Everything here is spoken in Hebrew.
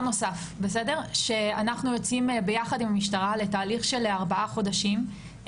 אנחנו יוצאים ביחד עם המשטרה לתהליך של ארבעה חודשים,